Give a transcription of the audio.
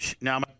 Now